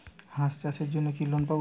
হাঁস চাষের জন্য কি লোন পাব?